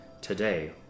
Today